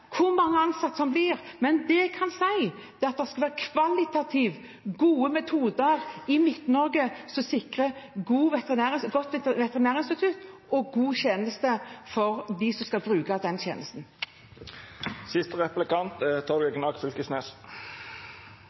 hvor mange ansatte det blir, men det jeg kan si, er at det skal være kvalitativt gode metoder i Midt-Norge som sikrer et godt veterinærinstitutt, og gode tjenester for dem som skal bruke den tjenesten. Det som har vore spesielt i denne saka, er